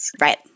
Right